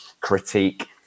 critique